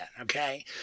okay